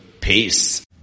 Peace